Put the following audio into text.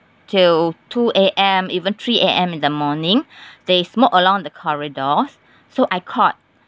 till two A_M even three A_M in the morning they smoke along the corridors so I called